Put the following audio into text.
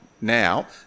now